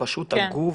פשוט הגוף